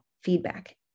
feedback